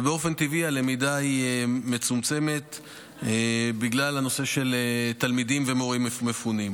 ובאופן טבעי הלמידה היא מצומצמת בגלל הנושא של תלמידים ומורים מפונים.